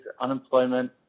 unemployment